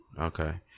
Okay